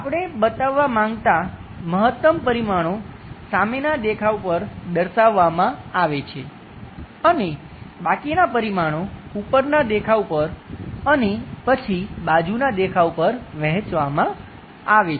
આપણે બતાવવા માંગતા મહત્તમ પરિમાણો સામેના દેખાવ પર દર્શાવવામાં આવે છે અને બાકીના પરિમાણો ઉપરના દેખાવ પર અને પછી બાજુ દેખાવ પર વહેંચવામાં આવે છે